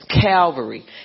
Calvary